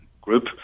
group